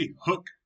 hook